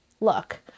look